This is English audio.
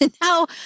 Now